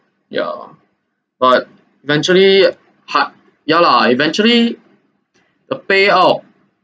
ya lah but eventually hard ya lah eventually the payout